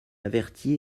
averti